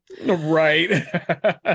right